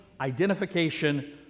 identification